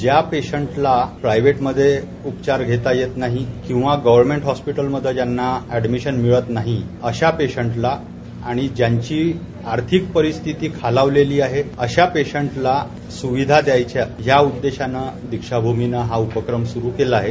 ज्या पेशंटला प्रायव्हेटमध्ये उपचार घेता येत नाही किंवा गव्हरमेंट हॉस्पिटलमध्ये ज्यांना ऍडमिशन मिळत नाही अशा पेशंटला आणि ज्यांची आर्थिक परिस्थिती खालावलेली आहे अशा पेशंटला स्विधा द्यायच्या या उद्देशानं दीक्षाभूमीनं हा उपक्रम स्रु केला आहे